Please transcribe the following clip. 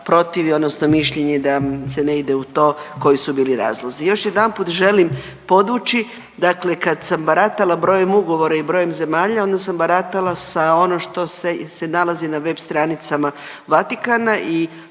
protivi, odnosno mišljenje da se ne ide u to koji su bili razlozi. Još jedanput želim podvući, dakle kad sam baratala brojem ugovora i brojem zemalja, onda sam baratala sa ono što se nalazi na web stranicama Vatikana i